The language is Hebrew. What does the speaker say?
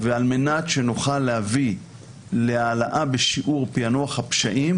ועל מנת שנוכל להעלות את שיעור פענוח הפשעים,